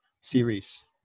Series